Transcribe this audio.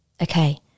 Okay